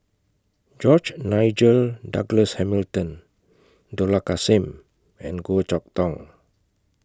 George Nigel Douglas Hamilton Dollah Kassim and Goh Chok Tong